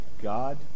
God